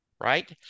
Right